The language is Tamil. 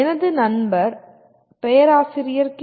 எனது நண்பர் பேராசிரியர் கே